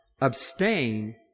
Abstain